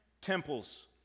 temples